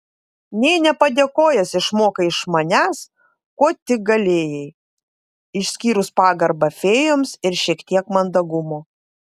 nė nepadėkojęs išmokai iš manęs ko tik galėjai išskyrus pagarbą fėjoms ir šiek tiek mandagumo